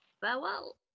Farewell